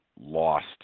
lost